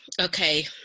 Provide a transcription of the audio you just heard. okay